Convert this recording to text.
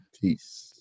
peace